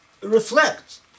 reflect